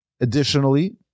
Additionally